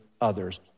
others